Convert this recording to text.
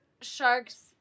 sharks